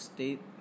State